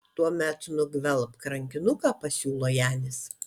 tuomet nugvelbk rankinuką pasiūlo janis